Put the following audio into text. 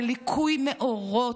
זה ליקוי מאורות,